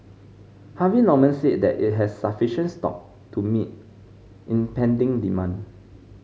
Harvey Norman said that it has sufficient stock to meet impending demand